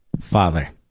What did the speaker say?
father